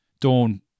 Dawn